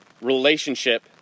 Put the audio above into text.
relationship